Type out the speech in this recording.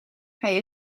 hij